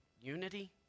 unity